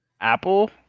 Apple